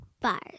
Bars